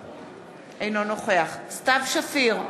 אינו נוכח סתיו שפיר,